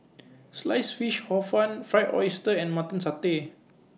Sliced Fish Hor Fun Fried Oyster and Mutton Satay